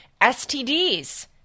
STDs